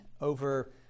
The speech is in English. over